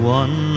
one